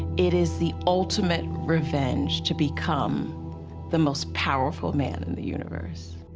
it is the ultimate revenge to become the most powerful man in the universe.